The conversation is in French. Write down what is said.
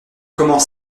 comment